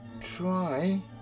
try